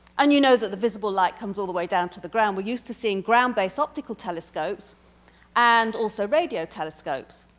and you know that the visible light comes all the way down to the ground. we're used to seeing ground based optical telescopes and also radio telescopes.